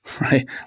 right